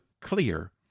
clear